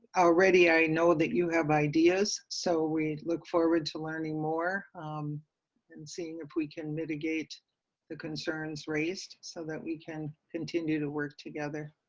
already, i know that you have ideas so we look forward to learning more and seeing if we can mitigate the concerns raised so that we can continue to work together.